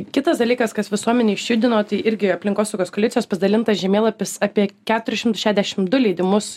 kitas dalykas kas visuomenę išjudino tai irgi aplinkosaugos koalicijos pasidalintas žemėlapis apie keturi šimtai šešiasdešimt du leidimus